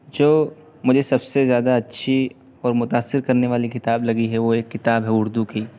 جو مجھے سب سے زیادہ اچھی اور متأثر کرنے والی کتاب لگی ہے وہ ایک کتاب ہے اردو کی